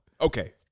okay